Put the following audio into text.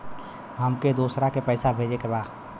हमके दोसरा के पैसा भेजे के बा?